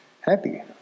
happy